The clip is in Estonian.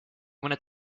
mõned